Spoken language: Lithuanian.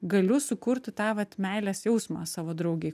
galiu sukurti tą vat meilės jausmą savo draugei